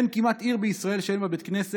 אין כמעט עיר בישראל שאין בה בית כנסת,